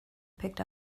picked